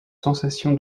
sensation